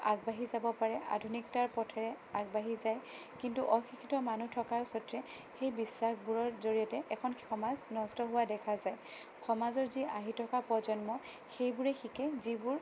আগবাঢ়ি যাব পাৰে আধুনিকতাৰ পথেৰে আগবাঢ়ি যায় কিন্তু অশিক্ষিত মানুহ থকাৰ স্বত্বে সেই বিশ্বাসবোৰৰ জড়িয়তে এখন সমাজ নষ্ট হোৱা দেখা যায় সমাজৰ যি আহি থকা প্ৰজন্ম সেইবোৰে শিকে যিবোৰ